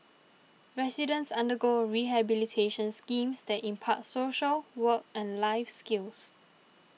residents undergo rehabilitation schemes that impart social work and life skills